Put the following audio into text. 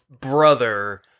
brother